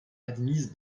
admises